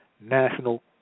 national